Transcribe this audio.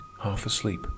half-asleep